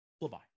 bye-bye